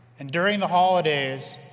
and during the holidays,